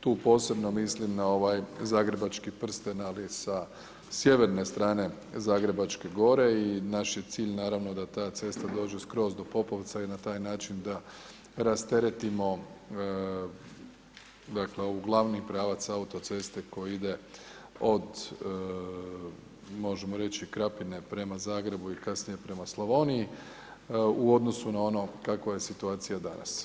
Tu posebno mislim na ovaj zagrebački prsten, ali sa sjeverne strane Zagrebačke gore i naš je cilj naravno da ta cesta dođe skroz do Popovca i na taj način da rasteretimo ovaj glavni pravac autoceste koji ide od možemo reći Krapine prema Zagrebu i kasnije prema Slavoniji u odnosu na ono kakva je situacija danas.